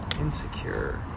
insecure